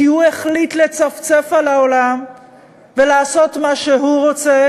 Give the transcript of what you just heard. כי הוא החליט לצפצף על העולם ולעשות מה שהוא רוצה.